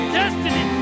destiny